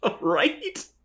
Right